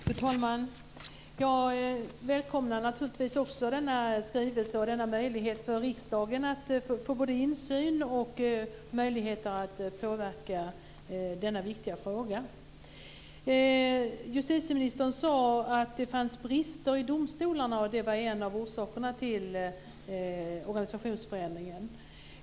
Fru talman! Jag välkomnar naturligtvis också denna skrivelse och denna möjlighet för riksdagen att både få insyn och påverka denna viktiga fråga. Justitieministern sade att det fanns brister i domstolarna och att det var en av orsakerna till organisationsförändringen.